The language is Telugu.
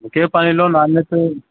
ఒకే పనిలో నాణ్యత